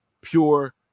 Pure